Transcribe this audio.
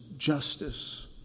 Justice